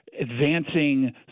advancing